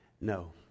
No